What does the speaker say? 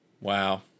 Wow